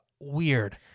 weird